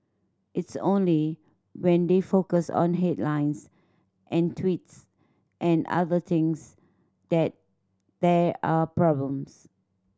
it's only when they focus on headlines and tweets and other things that there are problems